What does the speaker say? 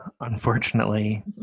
unfortunately